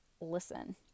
listen